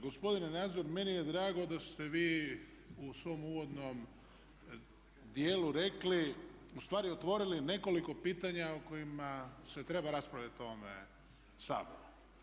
Gospodine Nazor meni je drago da ste vi u svom uvodnom dijelu rekli, ustvari otvorili nekoliko pitanja o kojima se treba raspravljati u ovome Saboru.